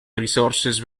resources